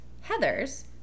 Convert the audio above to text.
Heather's